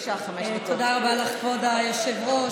תודה רבה לך, כבוד היושבת-ראש.